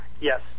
Yes